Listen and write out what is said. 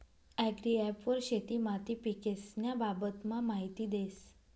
agri app वर शेती माती पीकेस्न्या बाबतमा माहिती देस